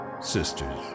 sisters